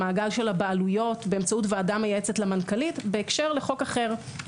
הוא המעגל של הבעלויות באמצעות ועדה מייעצת למנכ"לית בהקשר לחוק אחר,